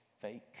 fake